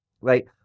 right